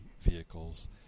vehicles